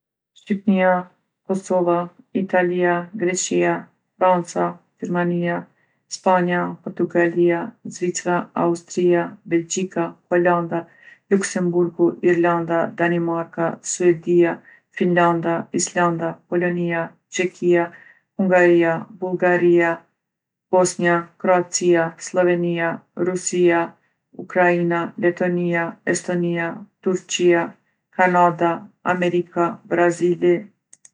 Shipnia, Kosova, Italija, Greqija, Franca, Gjermanija, Spanja, Portugalija, Zvicra, Austrija, Belgjika, Holanda, Luksemburgu, Irlanda, Danimarka, Suedija, Finlanda, Islanda, Polonija, Çekija, Hungarija Bullgarija, Bosnja, Kroacija, Sllovenija, Rusija, Ukraina, Letonija, Estonija, Turqija, Kanada, Amerika, Brazili.